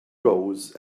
rose